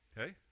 Okay